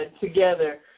together